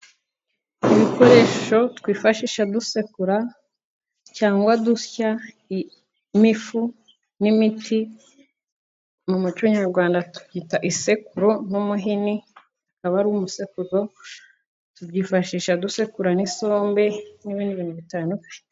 Ibikoresho twifashisha dusekura cyangwa dusyamo ifu n'imiti, mu muco nyarwanda tucyita isekuru n'umuhini ,haba hari umusekuzo tubyifashisha dusekura n'isombe n'ibindi bintu bitandukanye.